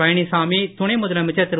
பழனிச்சாமி துணை முதலமைச்சர் திரு